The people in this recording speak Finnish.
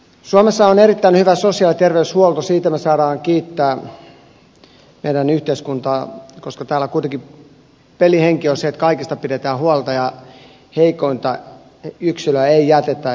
suomessa on erittäin hyvä sosiaali ja terveyshuolto siitä me saamme kiittää meidän yhteiskuntaamme koska täällä kuitenkin pelin henki on se että kaikista pidetään huolta ja heikointa yksilöä ei jätetä